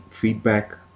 feedback